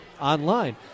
online